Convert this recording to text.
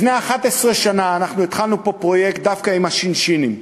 לפני 11 שנה אנחנו התחלנו פה פרויקט דווקא עם השינשינים,